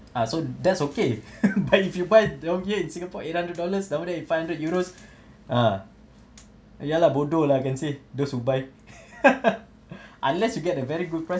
ah so that's okay but if you buy in singapore eight hundred dollars down there is five hundred euros ah ya lah bodoh lah I can say those who buy unless you get a very good price